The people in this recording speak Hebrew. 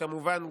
כמובן,